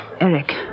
Eric